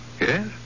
Yes